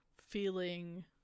feeling